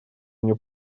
мне